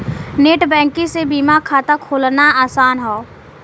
net banking से बीमा खाता खोलना आसान हौ